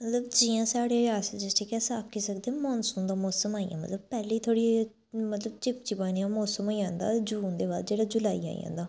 मतलब जियां साढ़ी रियासी डिस्टिक ऐ अस आक्खी सकदे मानसून दा मौसम आई गेआ मतलब पैह्ले थोह्ड़े मतलब चिपचिपा नेहा मौसम होई जंदा जून दे बाद जेह्ड़ा जुलाई आई जंदा